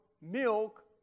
milk